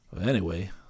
Anyway